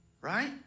right